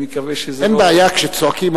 אין בעיה כשצועקים,